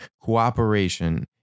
Cooperation